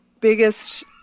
biggest